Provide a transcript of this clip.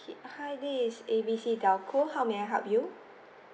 hi this is A B C telco how may I help you